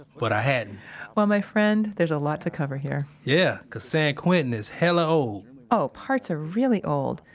but i hadn't well, my friend, there's a lot to cover here yeah, cause san quentin is hella old oh, parts are really old.